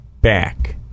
back